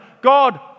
God